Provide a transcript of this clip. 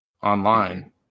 Online